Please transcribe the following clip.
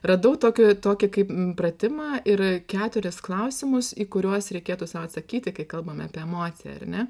radau tokį tokį kaip pratimą ir keturis klausimus į kuriuos reikėtų sau atsakyti kai kalbame apie emociją ar ne